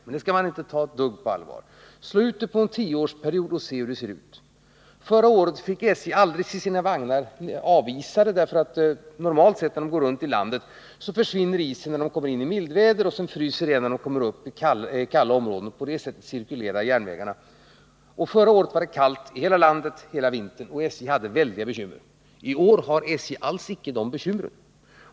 Men det skall man inte ta ett dugg på allvar. Slå ut det på en tioårsperiod och se hur det ser ut! Förra året fick SJ aldrig sina vagnar avisade. Normalt är det så, att när de går runt i landet försvinner isen då de kommer in i mildväder. När vagnarna sedan kommer in i kalla områden fryser de till. På det viset cirkulerar järnvägsvagnarna. Förra året var det kallt i hela landet hela vintern, och SJ hade stora bekymmer. I år har SJ alls icke de bekymren.